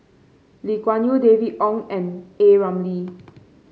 Lee Kuan Yew David Wong and A Ramli